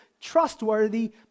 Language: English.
trustworthy